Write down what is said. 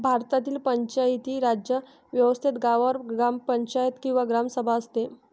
भारतातील पंचायती राज व्यवस्थेत गावावर ग्रामपंचायत किंवा ग्रामसभा असते